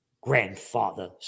grandfather